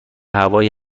هوایی